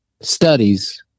studies